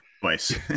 twice